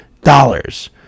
dollars